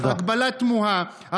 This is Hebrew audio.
הגבלה תמוהה?